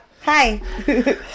Hi